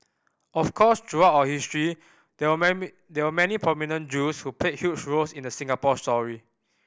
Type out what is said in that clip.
of course throughout our history there were many there were many prominent Jews who played huge roles in the Singapore story